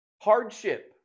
Hardship